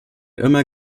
immer